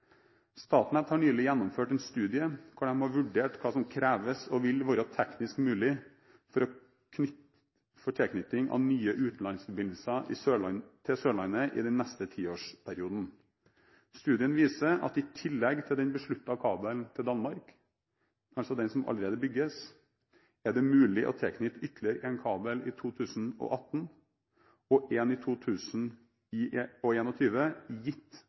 Statnett har nylig gjennomført en studie hvor de har vurdert hva som kreves og vil være teknisk mulig for tilknytting av nye utenlandsforbindelser til Sørlandet i den neste tiårsperioden. Studien viser at i tillegg til den besluttede kabelen til Danmark – kanskje den som allerede bygges – er det mulig å tilknytte ytterligere én kabel i 2018 og én i 2021, gitt at strømnettet på Sørlandet forsterkes, og at de nødvendige konsesjoner blir gitt